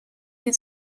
die